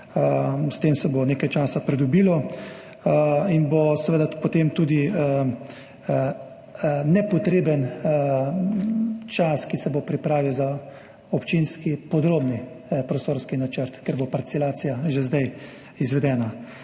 s tem se bo pridobilo nekaj časa in bo potem tudi nepotreben čas, ki se bo pripravil za občinski podrobni prostorski načrt, ker bo parcelacija že zdaj izvedena.